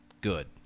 good